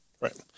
Right